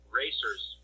racers